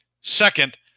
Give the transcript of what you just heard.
Second